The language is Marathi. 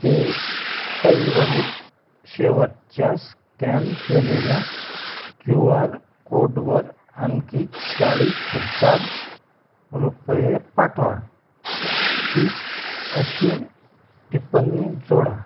पेपालवरील शेवटच्या स्कॅन केलेल्या क्यू आर कोडवर आणखी चाळीस हजार रुपये पाठवा टीप अशी टिप्पणी जोडा